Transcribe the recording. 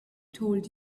told